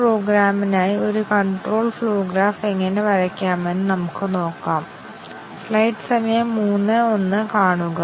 basic condition coverage decision കവറേജിനേക്കാൾ ശക്തമായ പരിശോധനയാണോ